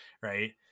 Right